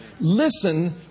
Listen